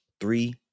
three